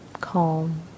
calm